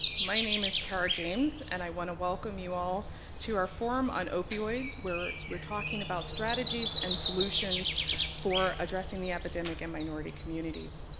my name is cara james and i want to welcome you all to our forum on opioids, where we're talking about strategies and solutions for addressing the epidemic in minority communities.